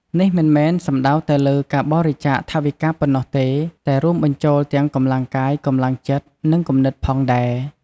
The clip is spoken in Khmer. នេះមិនមែនសំដៅតែលើការបរិច្ចាគថវិកាប៉ុណ្ណោះទេ តែរួមបញ្ចូលទាំង កម្លាំងកាយ កម្លាំងចិត្ត និងគំនិត ផងដែរ។